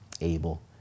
able